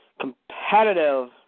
competitive